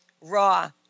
raw